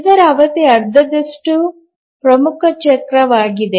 ಇದರ ಅವಧಿ ಅರ್ಧದಷ್ಟು ಪ್ರಮುಖ ಚಕ್ರವಾಗಿದೆ